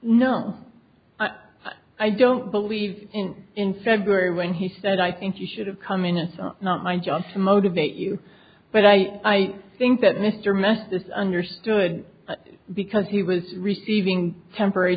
no i don't believe in february when he said i think you should have come in it's not my job to motivate you but i think that mr mathis understood because he was receiving temporary